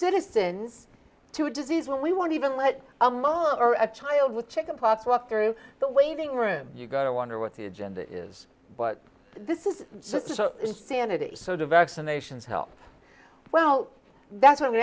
citizens to a disease when we won't even let a mother or a child with chicken pox walk through the waiting room you gotta wonder what the agenda is but this is insanity so to vaccinations health well that's what